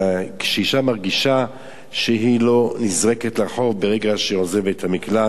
כשאשה מרגישה שהיא לא נזרקת לרחוב ברגע שהיא עוזבת את המקלט.